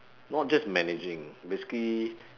not just managing basically